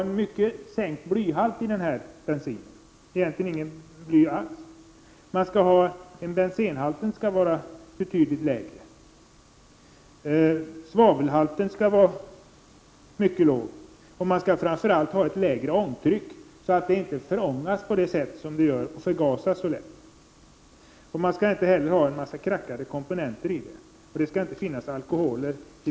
1988/89:14 ha starkt sänkt blyhalt, egentligen inget bly alls, bensenhalten skall vara 25 oktober 1988 betydligt lägre, svavelhalten skall vara mycket låg och framför allt skall det ha ett lägre ångtryck, så att det inte förgasas lika lätt. Vidare skall det inte innehålla en massa krackade komponenter, och inte heller skall det innehålla alkoholer.